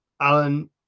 Alan